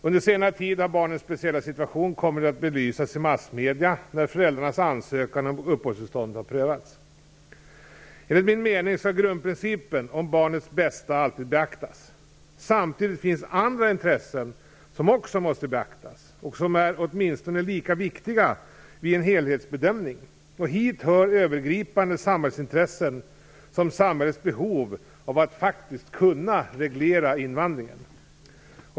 Under senare tid har barnens speciella situation kommit att belysas i massmedierna när föräldrarnas ansökan om uppehållstillstånd har prövats. Enligt min mening skall grundprincipen om barnets bästa alltid beaktas. Samtidigt finns andra intressen som också måste beaktas och som är åtminstone lika viktiga vid en helhetsbedömning. Hit hör övergripande samhällsintressen som samhällets behov av att faktiskt kunna reglera invandringen.